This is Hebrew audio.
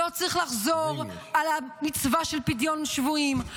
לא צריך לחזור על המצווה של פדיון שבויים.